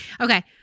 Okay